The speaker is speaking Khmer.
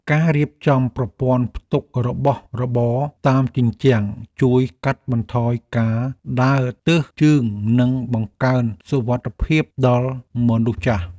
ការរៀបចំប្រព័ន្ធផ្ទុករបស់របរតាមជញ្ជាំងជួយកាត់បន្ថយការដើរទើសជើងនិងបង្កើនសុវត្ថិភាពដល់មនុស្សចាស់។